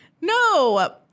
No